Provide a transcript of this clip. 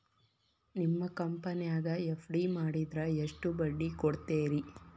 ನಿಮ್ಮ ಕಂಪನ್ಯಾಗ ಎಫ್.ಡಿ ಮಾಡಿದ್ರ ಎಷ್ಟು ಬಡ್ಡಿ ಕೊಡ್ತೇರಿ?